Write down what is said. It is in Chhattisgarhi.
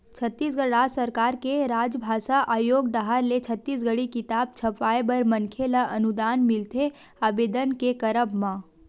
छत्तीसगढ़ राज सरकार के राजभासा आयोग डाहर ले छत्तीसगढ़ी किताब छपवाय बर मनखे ल अनुदान मिलथे आबेदन के करब म